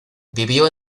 vivió